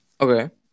Okay